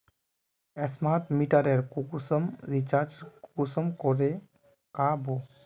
Smart मीटरेर कुंसम recharge कुंसम करे का बो?